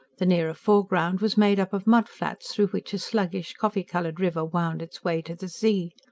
the nearer foreground was made up of mud flats, through which a sluggish, coffee-coloured river wound its way to the sea.